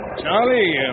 Charlie